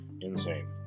insane